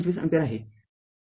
२५अँपिअर आहे